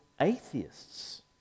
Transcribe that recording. atheists